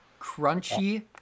Crunchy